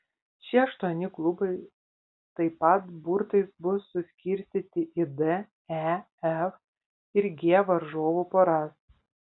šie aštuoni klubai taip pat burtais bus suskirstyti į d e f ir g varžovų poras